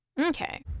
Okay